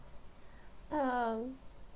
um